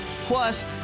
Plus